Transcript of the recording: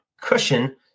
cushion